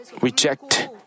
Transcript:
reject